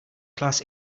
class